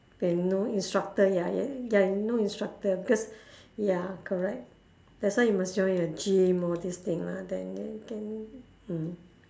they no instructor ya ya ya no instructor because ya correct that's why you must join a gym all these thing lah then you can mm